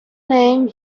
name